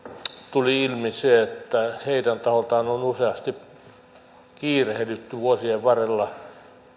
tuli ilmi se että siltä taholta on on useasti kiirehditty vuosien varrella